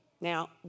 Now